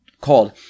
called